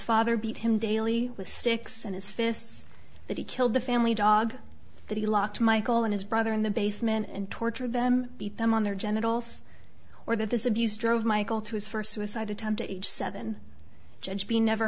father beat him daily with sticks and his fists that he killed the family dog that he locked michael and his brother in the basement and torture them beat them on their genitals or that this abuse drove michael to his first suicide attempt at age seven judge he never